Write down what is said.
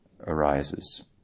arises